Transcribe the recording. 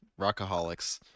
rockaholics